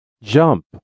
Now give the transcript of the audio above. Jump